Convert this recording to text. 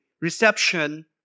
reception